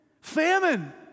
Famine